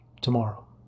tomorrow